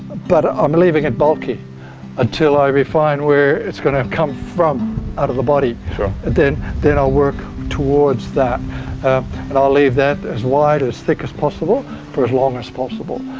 but i'm leaving it bulky until i refine where it's going to come from out of the body. sure. then then i'll work towards that and i'll leave that as wide, as thick as possible for as long as possible.